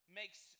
makes